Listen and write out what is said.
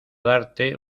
darte